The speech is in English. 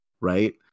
right